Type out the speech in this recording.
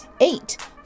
eight